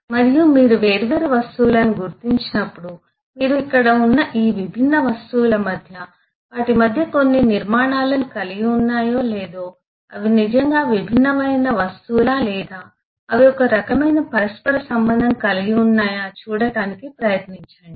మరియు మీరు వేర్వేరు వస్తువులను గుర్తించినప్పుడు మీరు ఇక్కడ ఉన్న ఈ విభిన్న వస్తువుల మధ్య వాటి మధ్య కొన్ని నిర్మాణాలను కలిగి ఉన్నాయో లేదో అవి నిజంగా విభిన్నమైన వస్తువులా లేదా అవి ఒక రకమైన పరస్పర సంబంధం కలిగి ఉన్నాయా చూడటానికి ప్రయత్నించండి